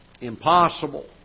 Impossible